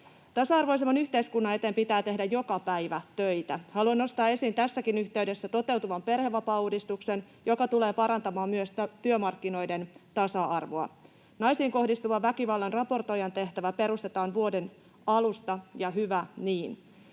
Tasa-arvoisemman yhteiskunnan eteen pitää tehdä töitä joka päivä. Haluan nostaa tässäkin yhteydessä esiin toteutuvan perhevapaauudistuksen, joka tulee parantamaan myös työmarkkinoiden tasa-arvoa. Naisiin kohdistuvan väkivallan raportoijan tehtävä perustetaan vuoden alusta, ja hyvä niin.